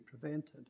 prevented